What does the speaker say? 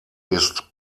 ist